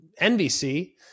NBC